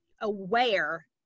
aware